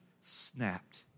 snapped